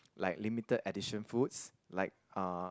like limited edition foods like uh